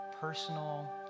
personal